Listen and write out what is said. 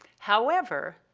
however,